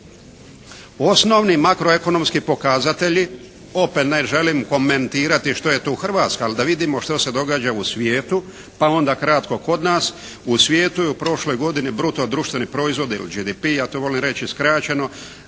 Osnovni makroekonomski pokazatelji opet ne želim komentirati što je tu Hrvatska, ali da vidimo što se događa u svijetu, pa onda kratko kod nas. U svijetu je u prošloj godini bruto društvenog proizvoda ili GDP-a to volim reći skraćeno,